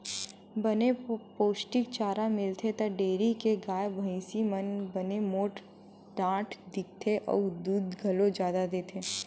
बने पोस्टिक चारा मिलथे त डेयरी के गाय, भइसी मन बने मोठ डांठ दिखथे अउ दूद घलो जादा देथे